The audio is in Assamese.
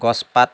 গছপাত